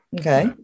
Okay